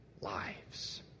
lives